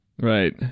right